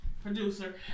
Producer